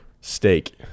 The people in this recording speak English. steak